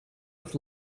with